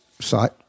site